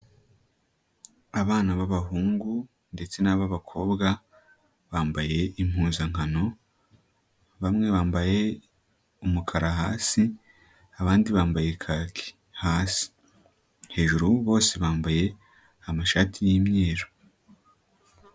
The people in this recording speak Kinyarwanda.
Abana b'abahungu ndetse n'ab'abakobwa bambaye impuzankano, bamwe bambaye umukara hasi abandi bambaye kaki hasi, hejuru bose bambaye amashati y'imyeru.